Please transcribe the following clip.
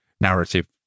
narrative